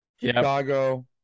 Chicago